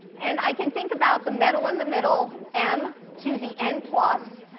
and i can think about the metal in the middle, m to the n plus.